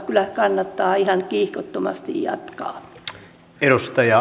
yksin nämä eivät kuitenkaan olisi riittäneet